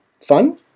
fun